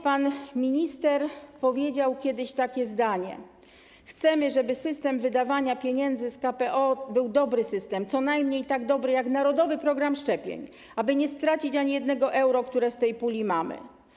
Pan minister powiedział kiedyś takie zdanie: Chcemy, żeby system wydawania pieniędzy z KPO był dobrym systemem, co najmniej tak dobrym jak Narodowy Program Szczepień, aby nie stracić ani jednego euro, które z tej puli mamy.